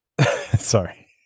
Sorry